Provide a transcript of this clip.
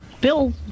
Bill